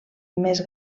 més